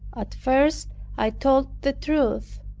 at first i told the truth,